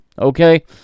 okay